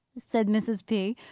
said mrs. p.